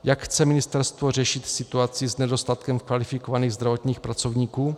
Jak chce ministerstvo řešit situaci s nedostatkem kvalifikovaných zdravotnických pracovníků?